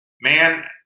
man